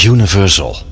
Universal